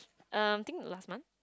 um I think last month